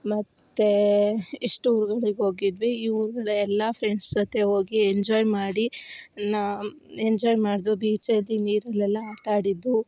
ಮತ್ತು ಇಷ್ಟು ಊರುಗಳಿಗ್ ಹೋಗಿದ್ವಿ ಇವು ಎಲ್ಲ ಫ್ರೆಂಡ್ಸ್ ಜೊತೆ ಹೋಗಿ ಎಂಜಾಯ್ ಮಾಡಿ ಎಂಜಾಯ್ ಮಾಡ್ದೊ ಬೀಚಲ್ಲಿ ನೀರಲೆಲ್ಲ ಆಟ ಆಡಿದ್ದು